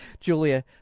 Julia